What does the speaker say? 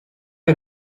est